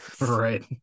right